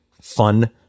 fun